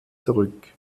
zurück